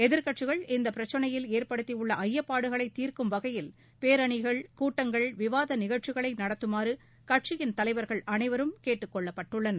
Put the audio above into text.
எதிர்க்கட்சிகள் இந்தப் பிரச்சினையில் ஏற்படுத்தியுள்ள ஐயப்பாடுகளை தீர்க்கும் வகையில் பேரணிகள் கூட்டங்கள் விவாத நிகழ்ச்சிகளை நடத்துமாறு கட்சியின் தலைவர்கள் அனைவரும் கேட்டுக் கொள்ளப்பட்டுள்ளனர்